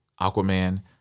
Aquaman